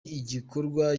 igikorwa